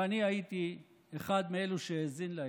ואני הייתי אחד מאלה שהאזינו להם.